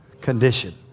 condition